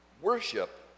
worship